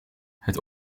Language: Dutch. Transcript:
het